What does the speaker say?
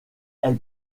elle